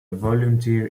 volunteer